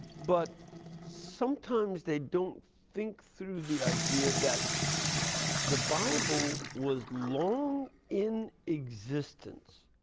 but sometimes they don't think through the idea that the bible was long in existence,